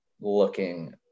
looking